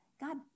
God